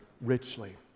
richly